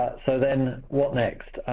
so then, what next?